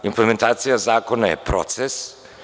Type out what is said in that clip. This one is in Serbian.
Implementacija zakona je proces.